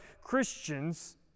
Christians